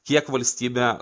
kiek valstybė